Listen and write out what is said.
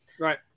Right